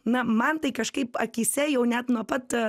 na man tai kažkaip akyse jau net nuo pat